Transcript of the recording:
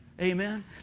Amen